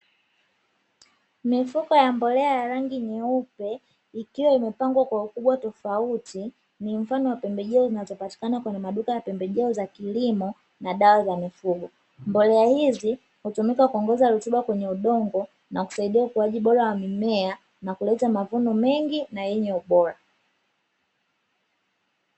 Mifuko ya mbolea ya rangi nyeupe ikiwa imepangwa kwa ukubwa tofauti, ni mfano wa pembejeo zinazopatikana kwenya maduka ya pembejeo na dawa za mifugo. Mbolea hizi hutumika kuongeza rutuba kwenye kwenye udongo, na kusaidia ukuaji bora wa mimea na kuleta mavuno mengi na yenye ubora.